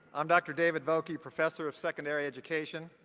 i'm dr. david vocke, professor of secondary education.